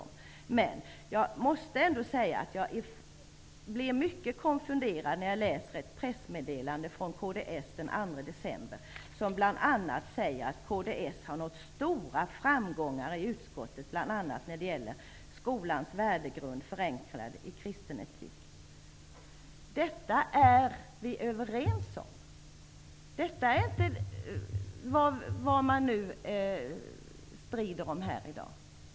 Men jag blir mycket konfunderad när jag läser ett pressmeddelande från Kds daterat den 2 december som säger att Kds har nått stora framgångar i utskottet bl.a. när det gäller skolans värdegrund förankrad i kristen etik. Detta är vi överens om. Det är inte vad vi strider om här i dag.